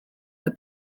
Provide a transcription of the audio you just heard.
the